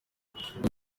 hamwe